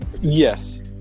Yes